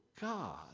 God